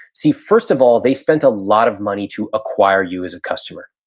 see, first of all, they spent a lot of money to acquire you as a customer.